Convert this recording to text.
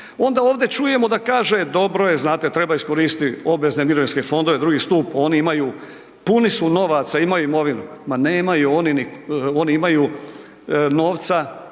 Onda ovdje čujemo da kaže, dobro je znate treba iskoristiti obvezne mirovinske fondove, drugi stup oni imaju puni su novaca, imaju imovinu. Ma nemaju oni ni, oni imaju novca